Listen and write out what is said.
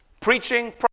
preaching